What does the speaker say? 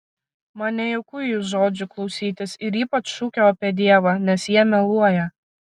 man nejauku jų žodžių klausytis ir ypač šūkio apie dievą nes jie meluoja